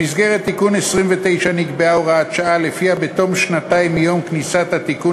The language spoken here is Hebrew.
במסגרת תיקון 29 נקבעה הוראת שעה שלפיה בתום שנתיים מיום כניסת התיקון